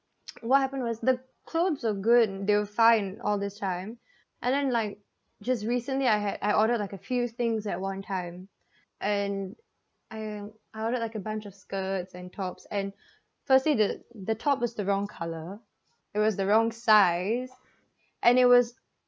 what happened was the clothes are good they're fine all this time and then like just recently I had I ordered like a few things at one time and I I ordered like a bunch of skirts and tops and firstly the the top is the wrong colour it was the wrong size and it was